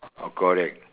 oh correct